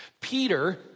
Peter